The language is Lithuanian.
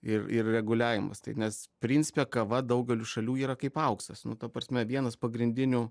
ir ir reguliavimas tai nes principe kava daugeliui šalių yra kaip auksas nu ta prasme vienas pagrindinių